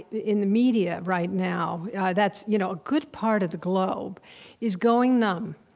in the media right now that's you know a good part of the globe is going numb.